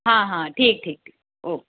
हाँ हाँ ठीक ठीक ओके